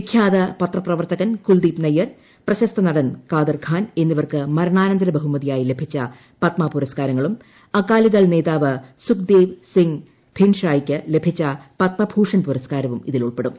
വിഖ്യാത പത്രപ്രവർത്തകൻ കുൽദീപ് നയ്യാർ പ്രശസ്ത നടൻ കാദർ ഖാൻ എന്നിവർക്ക് മരണാനന്തര ബഹുമതിയായി ലഭിച്ച പദ്മ പുരസ്ക്കാരങ്ങളും അകാലിദൾ നേതാവ് സുഖ്ദേവ് സിംഗ് ധിൻഷായ്ക്ക് ലഭിച്ച പദ്മഭൂഷൺ പുരസ്ക്കാരവും ഇതിൽ ഉൾപ്പെടും